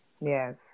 Yes